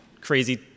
crazy